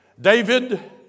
David